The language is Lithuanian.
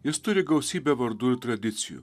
jis turi gausybę vardų ir tradicijų